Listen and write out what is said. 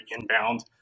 inbound